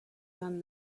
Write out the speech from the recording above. done